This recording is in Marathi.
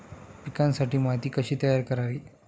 पिकांसाठी माती कशी तयार करावी?